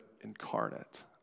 incarnate